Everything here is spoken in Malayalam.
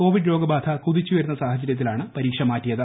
രാജ്യത്ത് കോവിഡ് രോഗബാധ കുതിച്ചുയരുന്ന സാഹചര്യത്തിലാണ് പരീക്ഷ മാറ്റിയത്